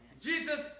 Jesus